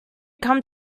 come